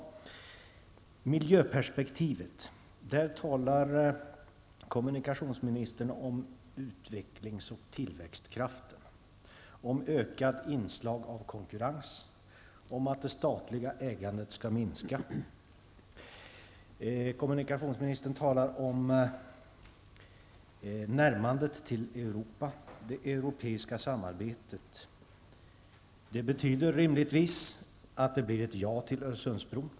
I fråga om miljöperspektivet talar kommunikationsministern om utvecklings och tillväxtkrafterna, om ett ökat inslag av konkurrens och om att det statliga ägandet skall minska. Kommunikationsministern talar om närmandet till Europa och om det europeiska samarbetet. Det betyder rimligtvis att det blir ett ja till Öresundsbron.